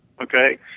okay